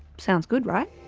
sounds good, right?